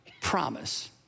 promise